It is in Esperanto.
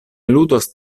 ludos